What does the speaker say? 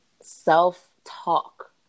self-talk